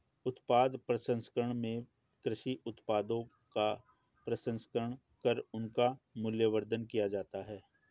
उत्पाद प्रसंस्करण में कृषि उत्पादों का प्रसंस्करण कर उनका मूल्यवर्धन किया जाता है